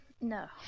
No